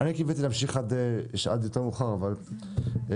הישיבה ננעלה בשעה 14:30.